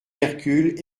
hercule